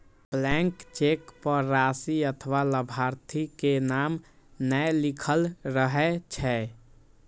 blank cheque पर राशि अथवा लाभार्थी के नाम नै लिखल रहै छै